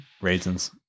Raisins